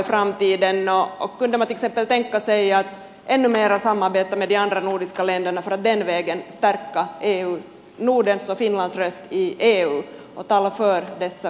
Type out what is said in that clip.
kunde man till exempel tänka sig att ännu mera samarbeta med de andra nordiska länderna för att den vägen stärka nordens och finlands röst i eu och tala för dessa fyra friheter